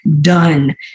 done